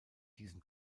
diesen